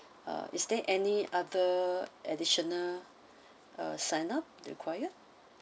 uh is there any other additional uh sign up you require